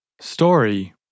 Story